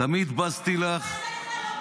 תמיד בזתי לך,